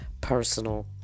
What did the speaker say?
personal